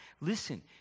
listen